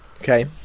Okay